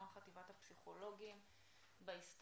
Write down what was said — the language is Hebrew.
יו"ר חטיבת הפסיכולוגים בהסתדרות.